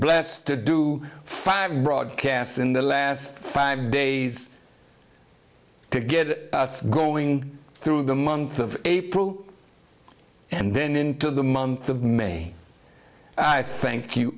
blessed to do five broadcasts in the last five days to get us going through the month of april and then into the month of may i think you